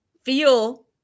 feel